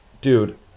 Dude